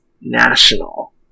National